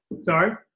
Sorry